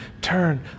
turn